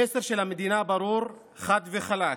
המסר של המדינה ברור, חד וחלק: